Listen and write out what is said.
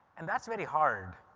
and that's very hard.